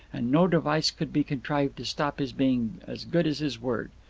and no device could be contrived to stop his being as good as his word.